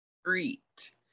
street